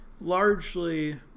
largely